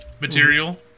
material